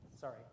Sorry